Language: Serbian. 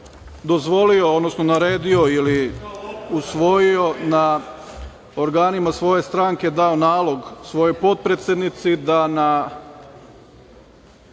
dozvolio, odnosno naredio ili usvojio na organima svoje stranke dao nalog svojoj potpredsednici da na,